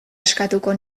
eskatuko